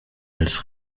als